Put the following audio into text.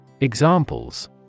Examples